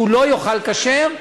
והוא לא יאכל כשר,